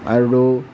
আৰু